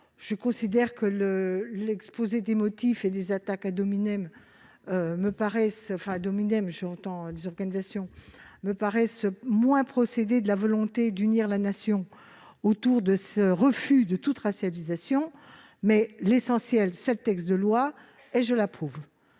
je considère que l'exposé des motifs et les attaques, ou plutôt contre les organisations, me paraissent moins procéder de la volonté d'unir la Nation autour de ce refus de toute racialisation. Enfin, l'essentiel, c'est le texte de loi, et je l'approuve.